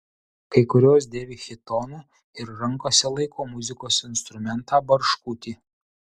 kai kurios dėvi chitoną ir rankose laiko muzikos instrumentą barškutį